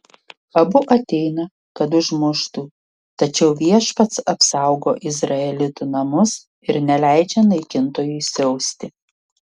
abu ateina kad užmuštų tačiau viešpats apsaugo izraelitų namus ir neleidžia naikintojui siausti